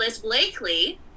blakely